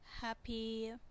Happy